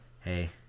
hey